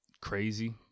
crazy